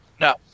No